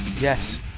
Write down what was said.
Yes